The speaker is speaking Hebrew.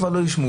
כבר לא ישמעו.